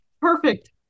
Perfect